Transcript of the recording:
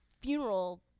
funeral